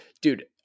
dude